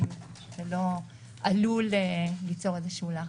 אם זה לא עלול ליצור איזשהו לחץ.